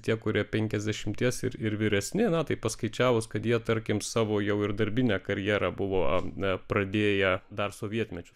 tie kurie penlkiasdešimties ir ir vyresni na tai paskaičiavus kad jie tarkim savo jau ir darbinę karjerą buvo pradėję dar sovietmečiu